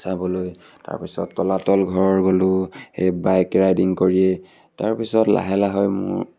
চাবলৈ তাৰপিছত তলাতল ঘৰ গ'লোঁ সেই বাইক ৰাইডিং কৰি তাৰপিছত লাহে লাহে মোৰ